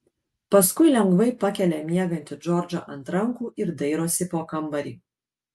paskui lengvai pakelia miegantį džordžą ant rankų ir dairosi po kambarį